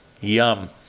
Yum